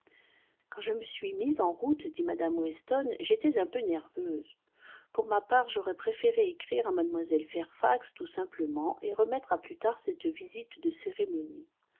quand je me suis mise en route dit mme weston j'étais un peu nerveuse pour ma part j'aurais préféré écrire à mlle fairfax tout simplement et remettre à plus tard cette visite de cérémonie